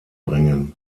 bringen